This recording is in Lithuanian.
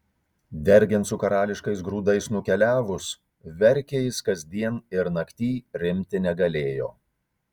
dergiant su karališkais grūdais nukeliavus verkė jis kasdien ir naktyj rimti negalėjo